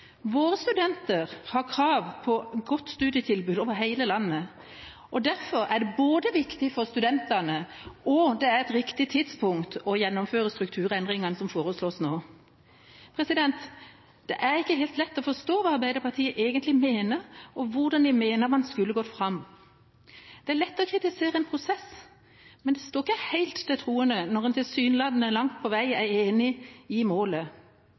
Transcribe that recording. Våre studenter har krav på et godt studietilbud over hele landet. Derfor er det både viktig for studentene og et riktig tidspunkt å gjennomføre strukturendringene som foreslås nå. Det er ikke helt lett å forstå hva Arbeiderpartiet egentlig mener, og hvordan de mener man skulle gått fram. Det er lett å kritisere en prosess, men det står ikke helt til troende når man tilsynelatende langt på vei er enig i målet.